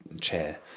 chair